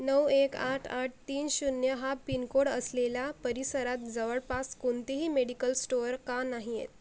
नऊ एक आठ आठ तीन शून्य हा पिनकोड असलेल्या परिसरात जवळपास कोणतेही मेडिकल स्टोर का नाही आहेत